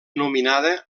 nominada